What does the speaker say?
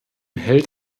hält